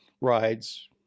rides